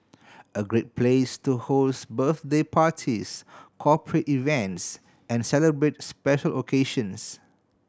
a great place to host birthday parties corporate events and celebrate special occasions